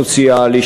סוציאלי,